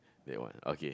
that one okay